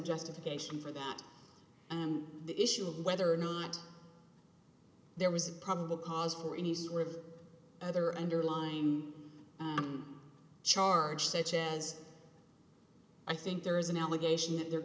justification for that and the issue of whether or not there was a probable cause her any sort of other underlying charge such as i think there is an allegation that there